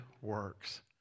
works